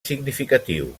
significatiu